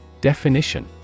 Definition